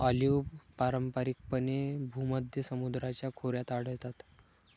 olive पारंपारिकपणे भूमध्य समुद्राच्या खोऱ्यात आढळतात